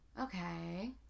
okay